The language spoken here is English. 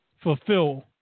fulfill